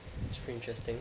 interesting